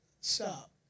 stop